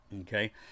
Okay